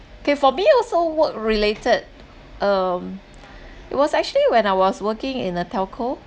kay for me also work related um it was actually when I was working in a telco